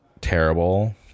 terrible